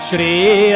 Shri